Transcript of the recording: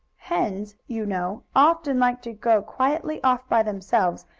hens, you know, often like to go quietly off by themselves,